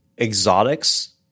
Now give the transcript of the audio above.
exotics